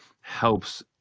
helps